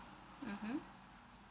mmhmm